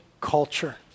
culture